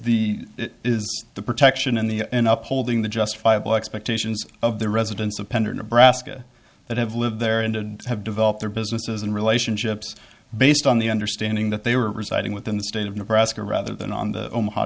really is the protection in the end up holding the justifiable expectations of the residents of pender nebraska that have lived there and did have developed their businesses and relationships based on the understanding that they were residing within the state of nebraska rather than on the omaha